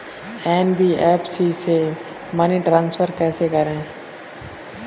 NBFC से money transfer कैसे करें?